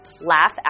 laugh